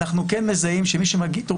אנחנו כן מזהים -- תראו,